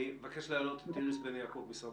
אני מבקש להעלות את איריס בן יעקב ממשרד